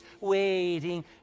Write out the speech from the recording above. waiting